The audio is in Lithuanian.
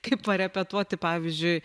kaip parepetuoti pavyzdžiui